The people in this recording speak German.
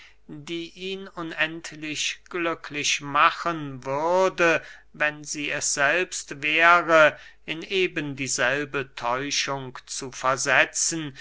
die ihn unendlich glücklich machen würde wenn sie es selbst wäre in eben dieselbe täuschung zu versetzen